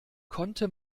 konnte